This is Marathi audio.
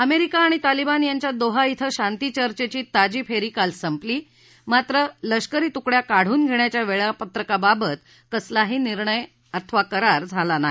अमेरिका आणि तालिबान यांच्यात दोहा ध्रे शांती चर्चेची ताजी फेरी काल संपली मात्र लष्करी तुकड्या काढून घेण्याच्या वेळापत्रकाबाबत कसलाही निर्णायक करार झाला नाही